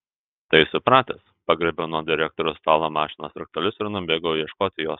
tai supratęs pagriebiau nuo direktoriaus stalo mašinos raktelius ir nubėgau ieškoti jos